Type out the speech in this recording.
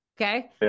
Okay